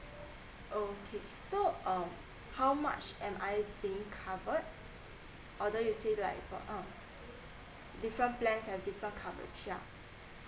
okay so um how much am I paying covered although you said like uh different plans have different coverage yeah